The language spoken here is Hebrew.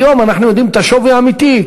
היום אנחנו יודעים את השווי האמיתי,